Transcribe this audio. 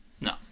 No